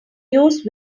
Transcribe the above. use